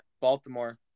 Baltimore